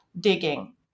digging